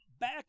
Back